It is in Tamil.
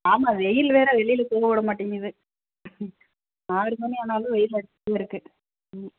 ஆமாம் வெயில் வேறு வெளியில் போக விட மாட்டேங்குது ஆறு மணியானாலும் வெயில் அடிச்சுட்டே இருக்குது ம்